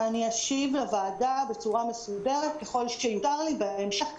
אני אשיב לוועדה בצורה מסודרת ככל שיותר לי בהמשך.